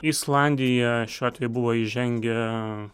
islandija šiuo atveju buvo įžengę